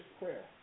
prayer